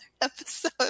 episode